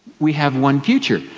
we have one future.